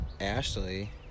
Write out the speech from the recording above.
Ashley